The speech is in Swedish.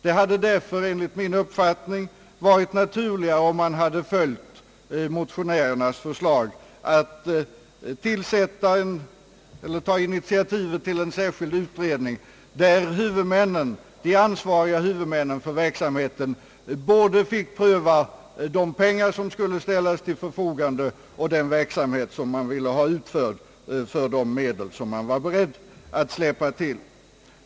Det hade därför enligt min uppfattning varit naturligare om man hade följt motionärernas förslag att ta initiativet till en särskild utredning, där de ansvariga huvudmännen för verksamheten både fick pröva vilka medel som skulle ställas till förfogande och vilken verksamhet som man ville ha utförd för de medel man var beredd att släppa till.